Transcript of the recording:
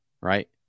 Right